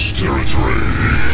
territory